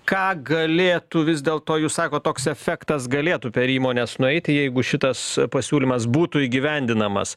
ką galėtų vis dėlto jūs sakot toks efektas galėtų per įmones nueiti jeigu šitas pasiūlymas būtų įgyvendinamas